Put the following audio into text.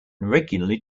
regularly